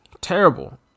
Terrible